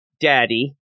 daddy